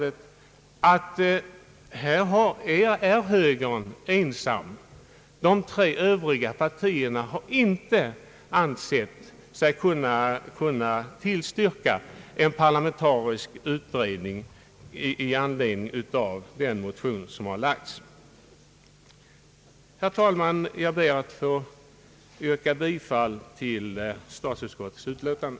De tre övriga partier som är representerade i utskottet har inte ansett sig kunna tillstyrka förslaget om en parlamentarisk utredning. Herr talman! Jag ber att få yrka bifall till statsutskottets utlåtande.